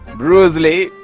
bruce lee.